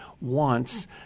wants